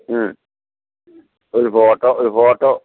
മ്മ് ഒരു ഫോട്ടോ ഒരു ഫോട്ടോ